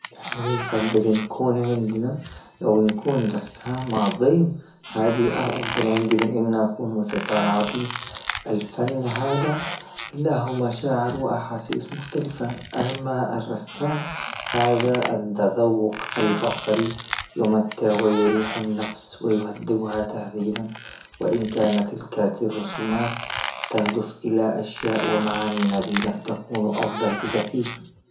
إحنا نفضي تكون عندنا او نكون رسام عضيم هذه أفضل عندي من أن أكون موسيقار عظيم، الفن هذا له مشاعر وأحاسيس مختلفة أهمها الرسام هذا التذوق البصري بمتع ويريح النفس ويهدبها تهذيبا، وإن كان تلك الرسومات تهدف إلى أشياء ومعاني نبيلة تكون أفضل بكثير.